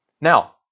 Now